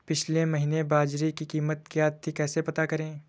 पिछले महीने बाजरे की कीमत क्या थी कैसे पता करें?